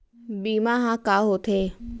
बीमा ह का होथे?